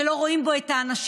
שלא רואים בו את האנשים.